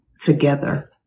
together